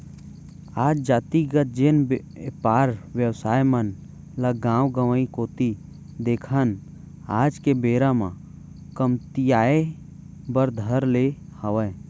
आज जातिगत जेन बेपार बेवसाय मन ल गाँव गंवाई कोती देखन आज के बेरा म कमतियाये बर धर ले हावय